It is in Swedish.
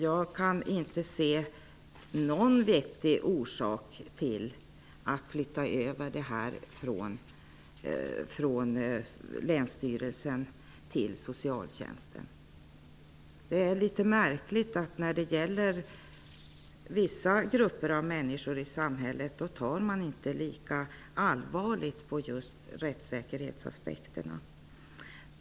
Jag kan inte se någon vettig orsak till en överflyttning från länsstyrelsen till socialtjänsten. Det är litet märkligt att man inte tar lika allvarligt på just rättssäkerhetsaspekterna när det gäller vissa grupper av människor i samhället.